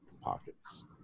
pockets